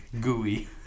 Gooey